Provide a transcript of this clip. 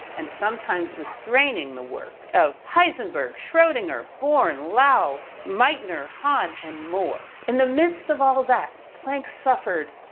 and sometimes restraining the work of heisenberg, schrodinger, born, laue, meitner, hahn and more. in the midst of all that planck suffered,